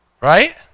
Right